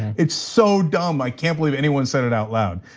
it's so dumb i can't believe anyone said it out loud.